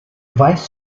vice